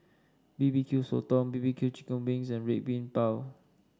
B B Q Sotong B B Q Chicken Wings and Red Bean Bao